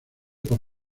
por